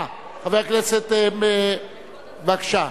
אה, בבקשה,